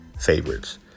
favorites